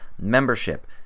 membership